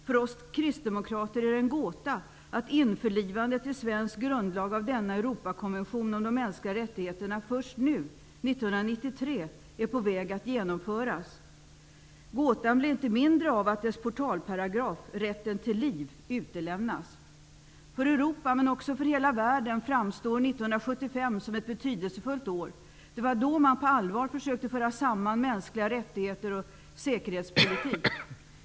För oss kristdemokrater är det en gåta att införlivandet i svensk grundlag av denna Europakonvention om de mänskliga rättigheterna först nu, 1993, är på väg att genomföras. Gåtan blir inte mindre av att portalparagrafen, rätten till liv, utelämnas. För Europa, men också för hela världen, framstår 1975 som ett betydelsefullt år. Det var då man på allvar försökte föra samman frågorna om mänskliga rättigheter och säkerhetspolitik.